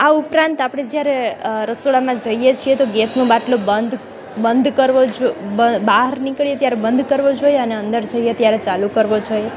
આ ઉપરાંત આપણે જયારે રસોડામાં જઈએ છીએ તો ગેસનો બાટલો બંધ બંધ કરવો જો બહાર નીકળીએ ત્યારે બંધ કરવો જોઈએ અને અંદર જઇયે ત્યારે ચાલુ કરવો જોઈએ